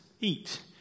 eat